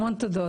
המון תודות.